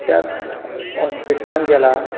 कित्याक हॉस्पिटलान गेला